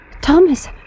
Thomas